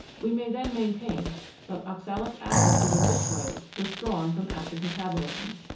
we may then maintain that oxalic acid is in this way withdrawn from active metabolism.